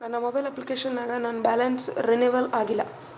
ನನ್ನ mobile application ನಾಗ ನನ್ ಬ್ಯಾಲೆನ್ಸ್ ರೀನೇವಲ್ ಆಗಿಲ್ಲ